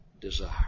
desire